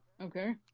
Okay